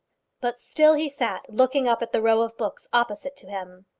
but still he sat looking up at the row of books opposite to him.